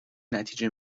نتیجه